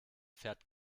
fährt